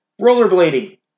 rollerblading